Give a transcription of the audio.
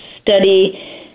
study